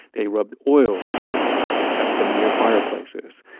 they rubbed oil on the babies and kept them near fireplaces,